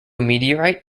meteorite